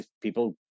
people